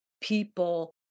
people